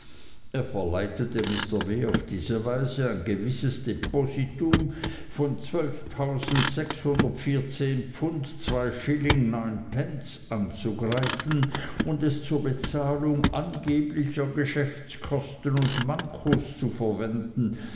er verleitete mr w auf diese weise ein gewisses depositum von zwölftausend sechshundertvierzehn pfund zwei schilling neun pence anzugreifen und es zur bezahlung angeblicher geschäftskosten und mankos zu verwenden